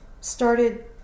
started